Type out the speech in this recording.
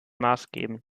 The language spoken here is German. maßgebend